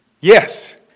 Yes